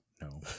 no